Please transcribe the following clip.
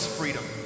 freedom